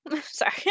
Sorry